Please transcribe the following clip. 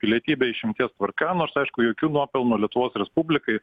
pilietybę išimties tvarka nors aišku jokių nuopelnų lietuvos respublikai